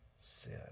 sin